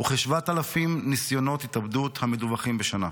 וכ-7,000 ניסיונות התאבדות מדווחים בשנה.